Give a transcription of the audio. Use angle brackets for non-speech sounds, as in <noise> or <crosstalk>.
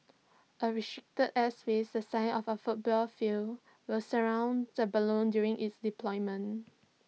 A <unintelligible> airspace the size of A football field will surround the balloon during its deployment